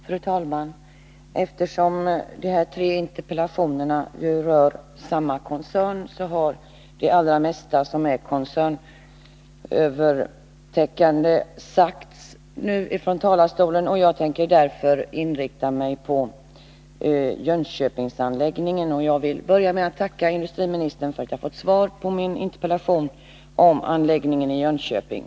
Fru talman! Eftersom de här tre interpellationerna rör samma koncern har det allra mesta som är koncernövergripande nu sagts från talarstolen. Jag tänker därför inrikta mig på Jönköpingsanläggningen. Jag vill börja med att tacka industriministern för att jag har fått svar på min interpellation om anläggningen i Jönköping.